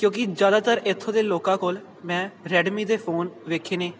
ਕਿਉਂਕਿ ਜ਼ਿਆਦਾਤਰ ਇੱਥੋਂ ਦੇ ਲੋਕਾਂ ਕੋਲ ਮੈਂ ਰੈਡਮੀ ਦੇ ਫੋਨ ਵੇਖੇ ਨੇ